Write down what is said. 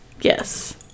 yes